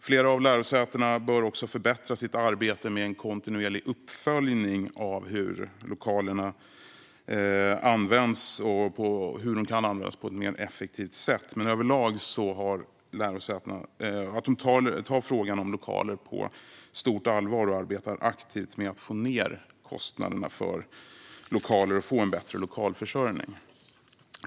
Flera av lärosätena bör också förbättra sitt arbete med en kontinuerlig uppföljning av hur lokalerna kan användas på ett mer effektivt sätt. Men överlag tar lärosätena frågan om lokaler på stort allvar och arbetar aktivt med att få ned kostnaderna för lokaler och få en bättre lokalförsörjning.